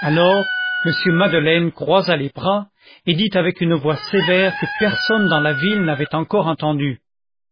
alors m madeleine croisa les bras et dit avec une voix sévère que personne dans la ville n'avait encore entendue